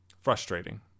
frustrating